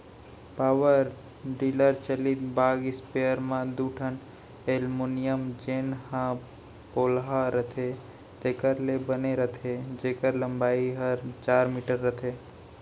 power tiller चलित बाग स्पेयर म दू ठन एलमोनियम जेन ह पोलहा रथे तेकर ले बने रथे जेकर लंबाई हर चार मीटर रथे